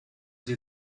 sie